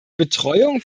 betreuung